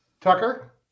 Tucker